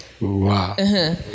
wow